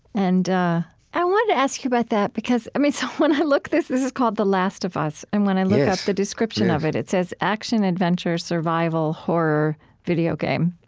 and i want to ask you about that because, i mean, so when i look this this is called the last of us. and when i looked up the description of it, it says action-adventure survival horror video game.